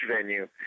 venue